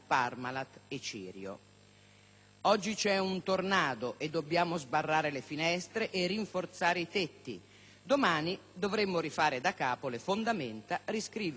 Oggi vi è un tornado e dobbiamo sbarrare le finestre e rinforzare i tetti. Domani dovremo rifare daccapo le fondamenta, riscrivere le regole del gioco.